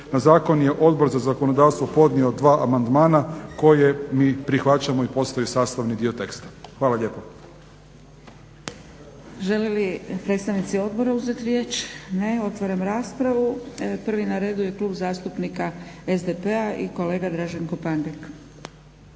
Na Zakon je Odbor za zakonodavstvo podnio dva amandmana koje mi prihvaćamo i postaje sastavni dio teksta. Hvala lijepo.